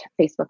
facebook